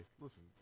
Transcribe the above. listen